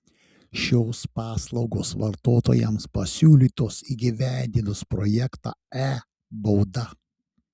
šios paslaugos vartotojams pasiūlytos įgyvendinus projektą e bauda